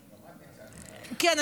כן,